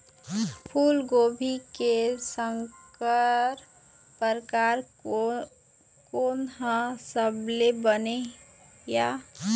फूलगोभी के संकर परकार कोन हर सबले बने ये?